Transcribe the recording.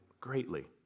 greatly